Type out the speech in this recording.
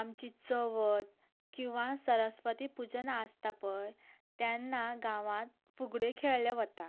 आतां आमची चवथ किंवा सरस्वती पूजन आसता पळय तेन्ना गांवांत फुगड्यो खेयळ्ळ्यो वता